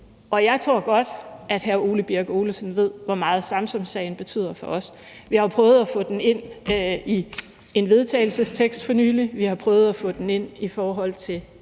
Og jeg tror godt, at hr. Ole Birk Olesen ved, hvor meget Samsamsagen betyder for os. Vi har jo prøvet at få den ind i en vedtagelsestekst for nylig. Vi har prøvet at få den ind i forhold til